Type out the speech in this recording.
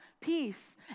peace